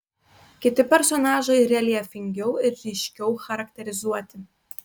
kiti personažai reljefingiau ir ryškiau charakterizuoti